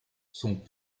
sont